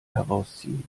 herausziehen